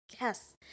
yes